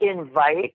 invite